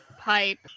pipe